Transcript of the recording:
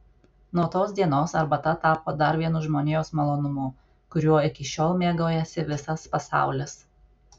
nuo tos dienos arbata tapo dar vienu žmonijos malonumu kuriuo iki šiol mėgaujasi visas pasaulis